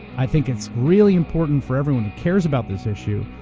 i think it's really important for everyone who cares about this issue,